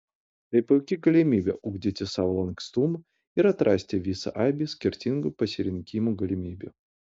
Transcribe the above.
tai puiki galimybė ugdyti savo lankstumą ir atrasti visą aibę skirtingų pasirinkimų galimybių